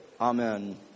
Amen